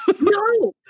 no